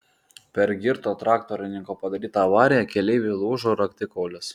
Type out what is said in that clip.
per girto traktorininko padarytą avariją keleiviui lūžo raktikaulis